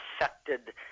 affected